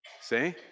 See